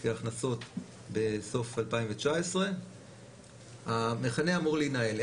הכנסות בסוף 2019. המכנה אמור להינעל,